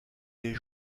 des